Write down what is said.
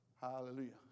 Hallelujah